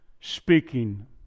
speaking